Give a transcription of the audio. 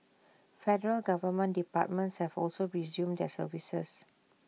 federal government departments have also resumed their services